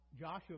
Joshua